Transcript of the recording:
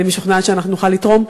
אני משוכנעת שנוכל לתרום.